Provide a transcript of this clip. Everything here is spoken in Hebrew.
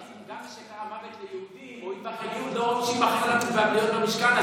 גם מי שקרא "מוות ליהודים" או "אטבח אל-יהוד" לא ראוי להיות במשכן הזה.